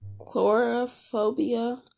chlorophobia